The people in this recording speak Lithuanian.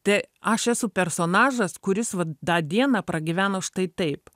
tai aš esu personažas kuris vat tą dieną pragyveno štai taip